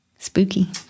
Spooky